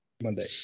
Monday